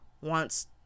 wants